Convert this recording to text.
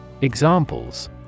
Examples